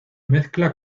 mezcla